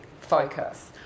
focus